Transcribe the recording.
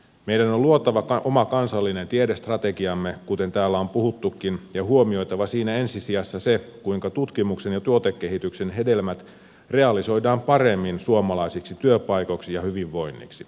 meidän on luotava oma kansallinen tiedestrategiamme kuten täällä on puhuttukin ja huomioitava siinä ensi sijassa se kuinka tutkimuksen ja tuotekehityksen hedelmät realisoidaan paremmin suomalaisiksi työpaikoiksi ja hyvinvoinniksi